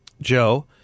Joe